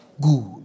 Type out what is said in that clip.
Good